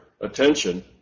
attention